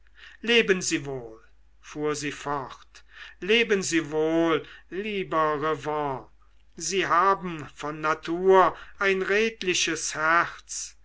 leben sie wohl fuhr sie fort leben sie wohl lieber revanne sie haben von natur ein redliches herz